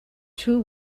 two